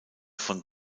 von